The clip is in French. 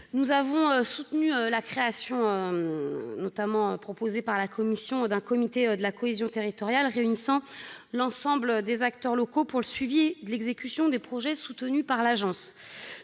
Nous avons soutenu la création proposée par la commission d'un comité de la cohésion territoriale réunissant l'ensemble des acteurs locaux pour le suivi de l'exécution des projets soutenus par l'agence.